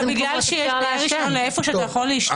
בדיוק בגלל שיש לך רישיון לאיפה אתה יכול להשתמש,